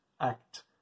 act